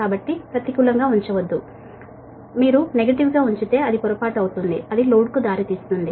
కాబట్టి ప్రతికూలంగా ఉంచవద్దు మీరు నెగటివ్ గా ఉంచితే అది పొరపాటు అవుతుంది అది లోడ్కు దారితీస్తుంది